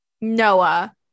Noah